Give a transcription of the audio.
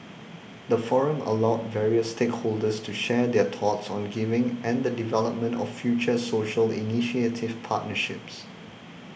the forum allowed various stakeholders to share their thoughts on giving and the development of future social initiative partnerships